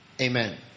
Amen